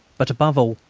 but, above all,